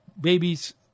babies